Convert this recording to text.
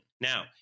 Now